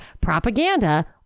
PROPAGANDA